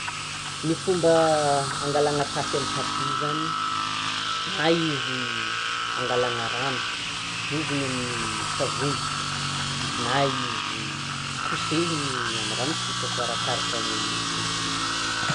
Ny fomba hangalana tasy amin'ny tapis zany, na izy angalana rano, diovina amin'ny savony na izy kosehiny amin'ny rano tsotra, fa arakaraka ny lotony.